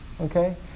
Okay